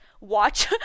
watch